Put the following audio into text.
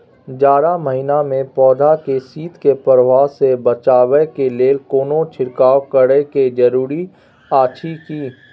जारा महिना मे पौधा के शीत के प्रभाव सॅ बचाबय के लेल कोनो छिरकाव करय के जरूरी अछि की?